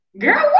girl